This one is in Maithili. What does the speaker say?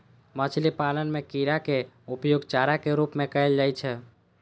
मछली पालन मे कीड़ाक उपयोग चारा के रूप मे कैल जाइ छै